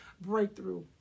breakthrough